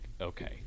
okay